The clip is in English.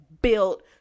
built